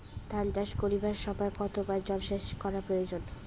ধান চাষ করিবার সময় কতবার জলসেচ করা প্রয়োজন?